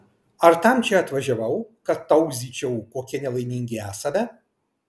ar tam čia atvažiavau kad tauzyčiau kokie nelaimingi esame